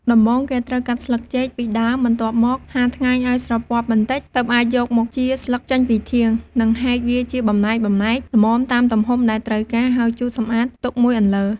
ដំបូង គេត្រូវកាត់ស្លឹកចេកពីដើម បន្ទាប់មកហាលថ្ងៃឱ្យស្រពាប់បន្តិច ទើបអាចយកមកចៀរស្លឹកចេញពីធាង និងហែកវាជាបំណែកៗ ល្មមតាមទំហំដែលត្រូវការ ហើយជូតសម្អាត ទុកមួយអន្លើ។